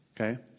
okay